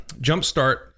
jumpstart